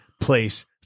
place